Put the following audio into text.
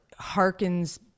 harkens